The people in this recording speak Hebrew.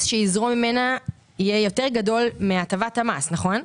שיזרום ממנה יהיה יותר גדול מהטבת המס נכון?